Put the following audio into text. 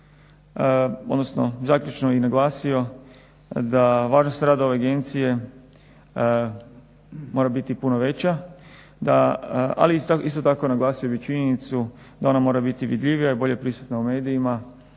odnosno zaključno i naglasio da važnost rada ove agencije mora biti puno veća, ali isto tako naglasio bih i činjenicu da ona mora biti vidljivija i bolje prisutna u medijima